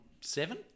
seven